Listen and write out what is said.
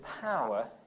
power